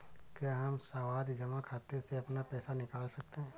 क्या हम सावधि जमा खाते से अपना पैसा निकाल सकते हैं?